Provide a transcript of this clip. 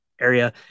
area